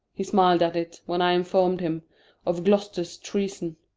he smil'd at it, when i inform'd him of gloster's treason.